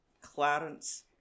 Clarence